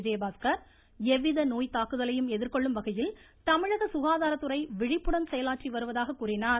விஜயபாஸ்கர் எவ்வித நோய் தாக்குதலையும் எதிர்கொள்ளும் வகையில் தமிழக சுகாதாரத்துறை விழிப்புடன் செயலாற்றி வருவதாக கூறினார்